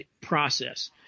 process